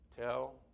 tell